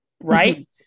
right